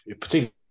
particularly